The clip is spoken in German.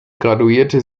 graduierte